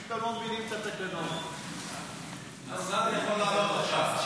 אם אתם לא מבינים את התקנון --- השר יכול לעלות עכשיו.